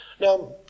Now